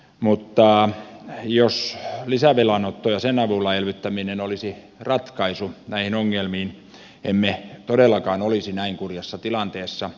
mutta jos lisävelan otto ja sen avulla elvyttäminen olisi ratkaisu näihin ongelmiin emme todellakaan olisi näin kurjassa tilanteessa